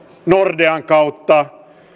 nordean kautta